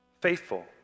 faithful